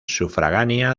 sufragánea